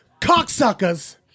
cocksuckers